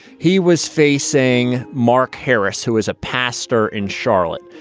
he was facing mark harris, who is a pastor in charlotte.